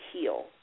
heal